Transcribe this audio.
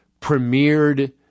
premiered